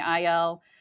IL